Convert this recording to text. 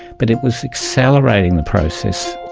but it was accelerating the process.